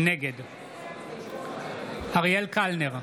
נגד אריאל קלנר,